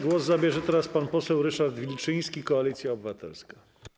Głos zabierze teraz pan poseł Ryszard Wilczyński, Koalicja Obywatelska.